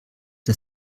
der